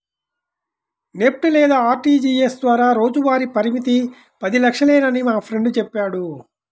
NEFT లేదా RTGS ద్వారా రోజువారీ పరిమితి పది లక్షలేనని మా ఫ్రెండు చెప్పాడు